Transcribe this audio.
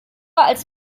als